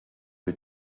plü